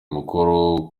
umukoro